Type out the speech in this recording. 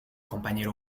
compañero